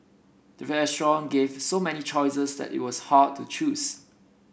the restaurant gave so many choices that it was hard to choose